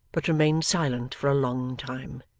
but remained silent for a long time.